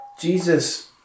Jesus